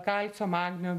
kalcio magnio